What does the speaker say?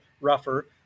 rougher